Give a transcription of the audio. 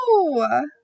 no